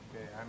Okay